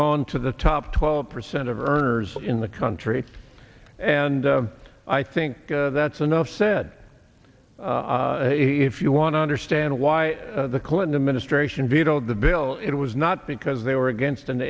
gone to the top twelve percent of earners in the country and i think that's enough said if you want to understand why the clinton administration vetoed the bill it was not because they were against